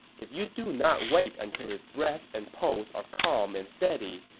if you do not wait until his breath and pulse are calm and steady,